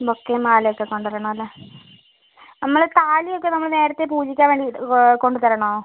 ബൊക്കെയും മാലയൊക്കെ കൊണ്ടുവരണം അല്ലേ നമ്മൾ താലിയൊക്കെ നമ്മൾ നേരത്തെ പൂജിക്കാൻ വേണ്ടി കൊണ്ടുത്തരണോ